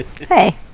Hey